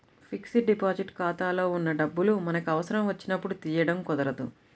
fixed deposit ఖాతాలో ఉన్న డబ్బులు మనకి అవసరం వచ్చినప్పుడు తీయడం కుదరదు